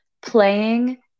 playing